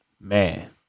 Man